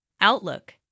Outlook